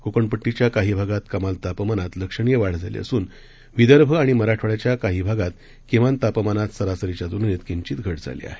कोकणपट्टीच्या काही भागात कमाल तापमानात लक्षणीय वाढ झाली असून विदर्भ आणि मराठवाड्याच्या काही भागात किमान तापमानात सरासरीच्या तुलनेत किंचित घट झाली आहे